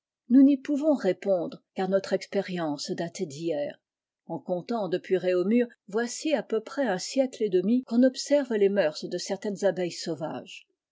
nous n'y pouvons répondre car notre expérience date d'hier ea comptant depuis réaumur voici à peu près un siècle et demi qu'on observe les mœurs de certaines abeilles sauvages